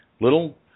Little